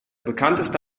bekannteste